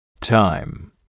Time